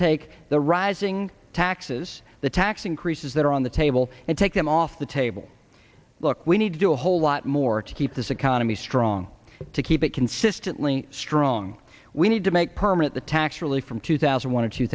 take the rising taxes the tax increases that are on the table and take them off the table look we need to do a whole lot more to keep this economy strong to keep it consistently strong we need to make permanent the tax relief from two thousand want to two